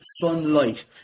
sunlight